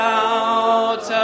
out